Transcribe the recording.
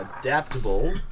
Adaptable